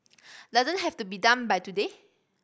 doesn't have to be done by today